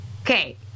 Okay